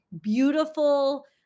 beautiful